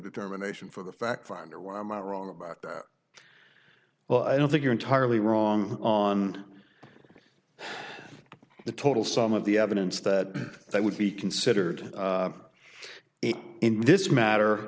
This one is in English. determination for the fact finder why am i wrong about that well i don't think you're entirely wrong on the total sum of the evidence that i would be considered in this matter